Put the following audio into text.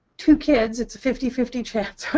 two kids, it's a fifty fifty chance.